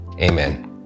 Amen